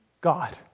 God